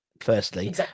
firstly